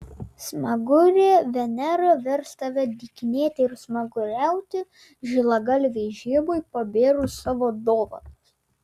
smagurė venera vers tave dykinėti ir smaguriauti žilagalvei žiemai pabėrus savo dovanas